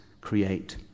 create